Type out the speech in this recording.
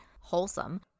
wholesome